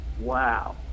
Wow